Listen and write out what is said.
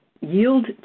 yield